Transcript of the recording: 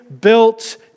built